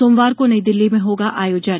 सोमवार को नई दिल्ली में होगा आयोजन